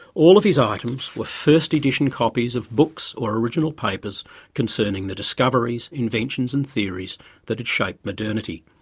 all of his items were first edition copies of books or original papers concerning the discoveries, inventions and theories that had shaped modernity.